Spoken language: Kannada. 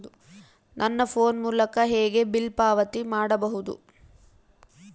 ನನ್ನ ಫೋನ್ ಮೂಲಕ ಹೇಗೆ ಬಿಲ್ ಪಾವತಿ ಮಾಡಬಹುದು?